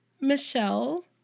Michelle